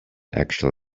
actual